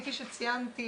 כפי שציינתי,